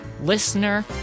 listener